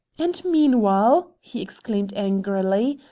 and meanwhile, he exclaimed angrily,